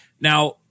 Now